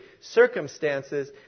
circumstances